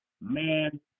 Man